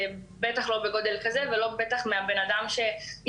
בטח לא בסדר גודל כזה ובוודאי לא מצד האדם שהתקשרתי